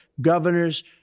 governors